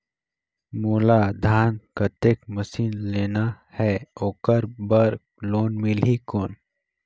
मोला धान कतेक मशीन लेना हे ओकर बार लोन मिलही कौन?